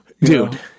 Dude